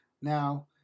Now